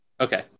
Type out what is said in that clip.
Okay